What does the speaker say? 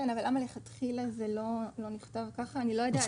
כן, אבל למה לכתחילה זה לא נכתב ככה אני לא יודעת.